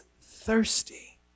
thirsty